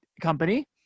company